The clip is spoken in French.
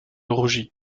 rougit